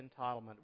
entitlement